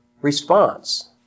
response